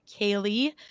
Kaylee